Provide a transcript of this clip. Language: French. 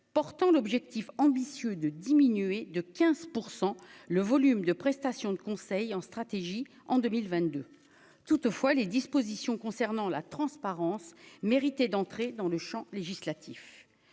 portant l'objectif ambitieux de diminuer de 15 % le volume de prestations de conseil en stratégie, en 2022 toutefois les dispositions concernant la transparence mérité d'entrer dans le Champ législatif,